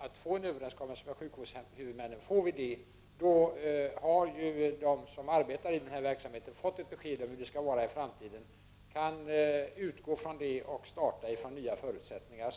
att nå en överenskommelse med sjukvårdshuvudmännen som Barbro Westerholm är. Om vi får en överenskomelse, har de som arbetar i denna verksamhet fått ett besked om hur det kommer att bli i framtiden. De kan då utgå från det och starta från nya förutsättningar.